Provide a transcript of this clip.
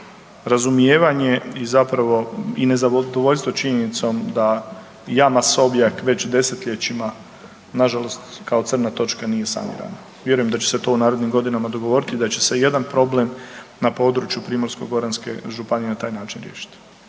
razumijevanje i zapravo i nezadovoljstvo činjenicom da jama Sovjak već desetljećima nažalost kao crna točka nije sanirana. Vjerujem da će se to u narednim godinama dogovoriti i da će se jedan problem na području Primorsko-goranske županije na taj način riješiti.